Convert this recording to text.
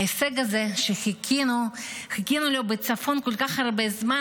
ההישג הזה שחיכינו לו בצפון כל כך הרבה זמן,